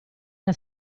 era